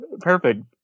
perfect